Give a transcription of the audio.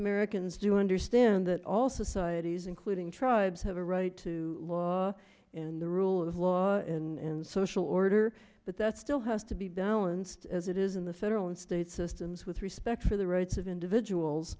americans do understand that all societies including tribes have a right to law in the rule of law and social order but that still has to be balanced as it is in the federal and state systems with respect for the rights of individuals